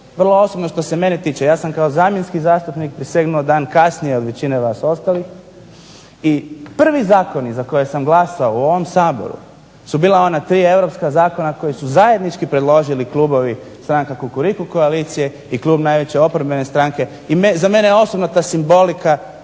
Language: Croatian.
vrlo osobno što se mene tiče ja sam kao zamjenski zastupnik prisegnuo dan kasnije od većine vas ostalih i prvi zakoni za koje sam glasao u ovom Saboru su bila ona tri europska zakona koje su zajednički predložili klubovi stranaka Kukuriku koalicije i klub najveće oporbene stranke. I za mene je osobna ta simbolika